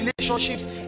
relationships